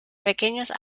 pequeños